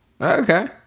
Okay